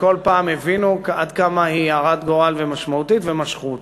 וכל פעם הבינו עד כמה היא הרת גורל ומשמעותית ומשכו אותה.